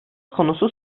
konusu